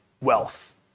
wealth